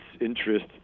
interest